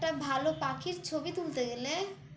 একটা ভালো পাখির ছবি তুলতে গেলে